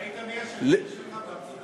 ראית מי השגריר שלך בארצות-הברית, ראית?